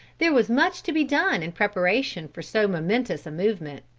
there was much to be done in preparation for so momentous a movement.